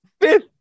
fifth